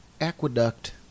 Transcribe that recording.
aqueduct